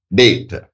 date